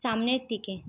সামনের দিকে